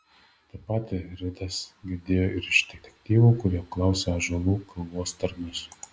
tą patį ridas girdėjo ir iš detektyvų kurie apklausė ąžuolų kalvos tarnus